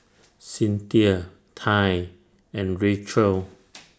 Cynthia Tai and Rachelle